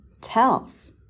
tells